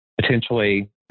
potentially